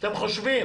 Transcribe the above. כשאתם חושבים